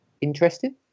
interesting